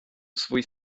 swój